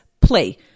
play